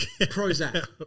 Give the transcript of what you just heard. Prozac